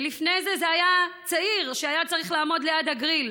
ולפני זה זה היה צעיר שהיה צריך לעמוד ליד הגריל.